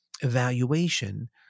evaluation